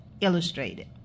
illustrated